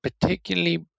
particularly